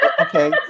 okay